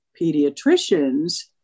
Pediatricians